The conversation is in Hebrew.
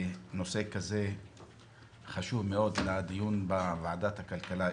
נושא כזה חשוב מאוד לדיון בוועדת הכלכלה אצלך.